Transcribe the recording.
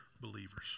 believers